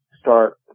start